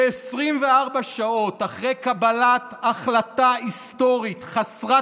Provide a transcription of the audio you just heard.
ש-24 שעות אחרי קבלת החלטה היסטורית חסרת